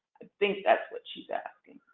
think that's what she's asking.